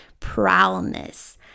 prowlness